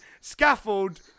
scaffold